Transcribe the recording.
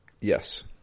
Yes